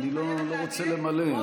אני לא רוצה למלא,